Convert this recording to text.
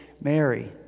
Mary